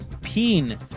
Peen